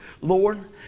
Lord